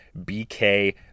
BK